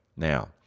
Now